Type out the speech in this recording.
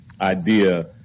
idea